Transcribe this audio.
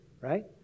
right